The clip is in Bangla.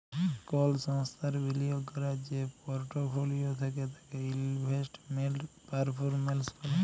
কল সংস্থার বিলিয়গ ক্যরার যে পরটফলিও থ্যাকে তাকে ইলভেস্টমেল্ট পারফরম্যালস ব্যলে